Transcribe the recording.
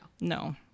No